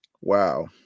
wow